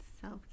Self